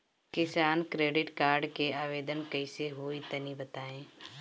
किसान credit card के आवेदन कईसे होई तनि बताई?